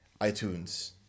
iTunes